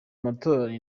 amatora